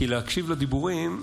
כי להקשיב לדיבורים,